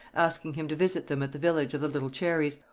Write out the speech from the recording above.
asking him to visit them at the village of the little cherries,